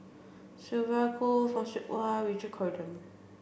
Sylvia Kho Fock Siew Wah Richard Corridon